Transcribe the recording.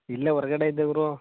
ಇಲ್ಲೇ ಹೊರ್ಗಡೆ ಇದ್ದೆ ಗುರು